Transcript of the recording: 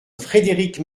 frédérique